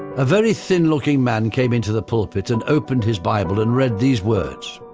a very thin looking man came into the pulpit and opened his bible and read these words,